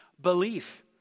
belief